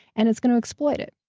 and it's going to exploit it.